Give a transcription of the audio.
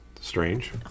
Strange